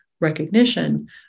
recognition